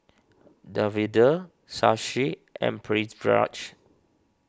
Davinder Shashi and Pritiviraj